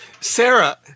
Sarah